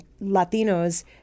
Latinos